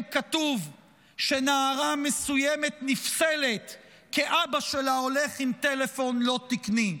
כתוב שנערה מסוימת נפסלת כי אבא שלה הולך עם טלפון לא תקני.